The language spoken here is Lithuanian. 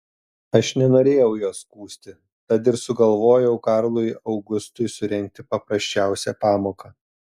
aš nenorėjau jo skųsti tad ir sugalvojau karlui augustui surengti paprasčiausią pamoką